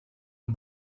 amb